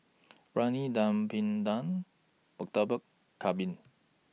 Briyani Dum Png Murtabak Kambing